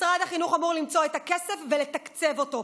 משרד החינוך אמור למצוא את הכסף ולתקצב אותו.